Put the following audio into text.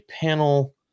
panel